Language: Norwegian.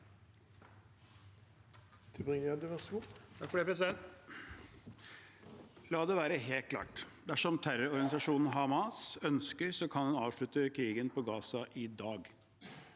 La det være helt klart: Dersom terrororganisasjonen Hamas ønsker, kan man avslutte krigen i Gaza i dag.